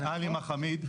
נכון?